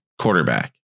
quarterback